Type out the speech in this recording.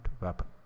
weapon